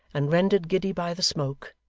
and rendered giddy by the smoke,